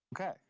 Okay